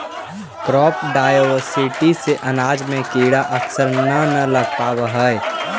crop diversity से अनाज में कीड़ा अक्सर न न लग पावऽ हइ